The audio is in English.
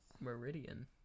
Meridian